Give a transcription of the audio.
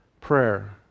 Prayer